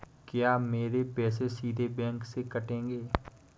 क्या मेरे पैसे सीधे बैंक से कटेंगे?